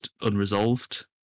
unresolved